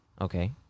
Okay